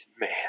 Man